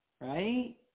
right